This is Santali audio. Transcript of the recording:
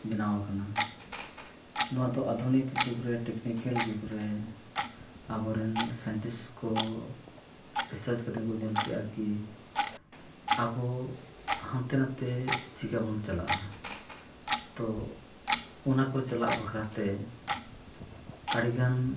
ᱵᱮᱱᱟᱣ ᱟᱠᱟᱱᱟ ᱱᱚᱣᱟ ᱫᱚ ᱟᱫᱷᱩᱱᱤᱠ ᱡᱩᱜᱽ ᱨᱮ ᱡᱩᱜᱽ ᱨᱮ ᱟᱵᱚ ᱨᱮᱱ ᱠᱚ ᱠᱟᱛᱮᱫ ᱠᱚ ᱧᱮᱞ ᱠᱮᱫᱼᱟ ᱠᱤ ᱟᱵᱚ ᱦᱟᱱᱛᱮᱼᱱᱷᱟᱛᱮ ᱪᱮᱠᱟᱵᱚᱱ ᱪᱟᱞᱟᱜᱼᱟ ᱛᱳ ᱚᱱᱟ ᱠᱚ ᱪᱟᱞᱟᱣ ᱵᱟᱠᱷᱨᱟ ᱛᱮ ᱟᱹᱰᱤᱜᱟᱱ